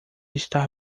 estar